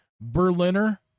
berliner